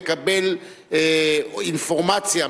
לקבל אינפורמציה,